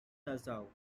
nassau